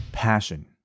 passion